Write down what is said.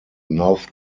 north